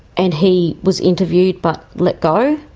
and he was interviewed but let go.